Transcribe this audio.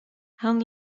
han